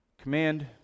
command